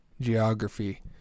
geography